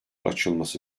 açılması